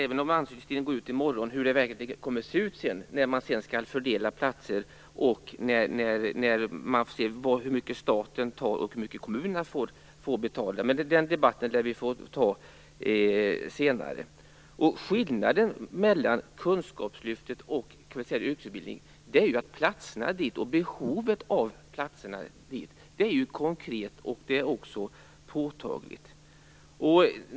Även om ansökningstiden går ut i morgon, undrar jag hur det kommer att bli när platserna sedan skall fördelas och man ser hur stor del staten tar och hur mycket kommunerna får betala. Men den debatten lär vi få ta senare. Skillnaden mellan Kunskapslyftet och Kvalificerad yrkesutbildning är ju att behovet av platser till Kvalificerad yrkesutbildning är konkret och påtagligt.